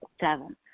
Seven